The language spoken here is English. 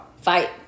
Fight